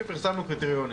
ופרסמנו קריטריונים.